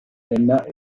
sénat